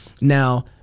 now